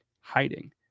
hiding